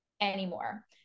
anymore